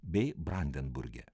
bei brandenburge